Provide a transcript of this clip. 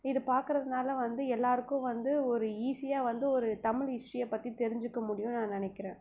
இது பார்க்குறதுனால வந்து எல்லோருக்கும் வந்து ஒரு ஈசியாக வந்து ஒரு தமிழ் ஹிஸ்ட்ரியை பற்றி தெரிஞ்சிக்க முடியுன்னு நான் நினைக்கிறேன்